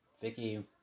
Vicky